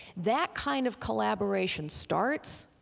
that kind of collaboration starts,